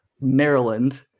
Maryland